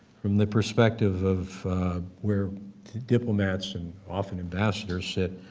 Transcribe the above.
from the perspective of where diplomats and often ambassadors sit,